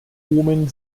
omen